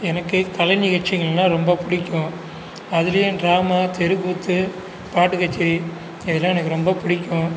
எனக்கு கலை நிகழ்ச்சிங்கள்ன்னா ரொம்ப பிடிக்கும் அதுலேயும் ட்ராமா தெருக்கூத்து பாட்டுக்கச்சேரி இதெல்லாம் எனக்கு ரொம்ப பிடிக்கும்